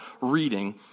reading